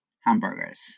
hamburgers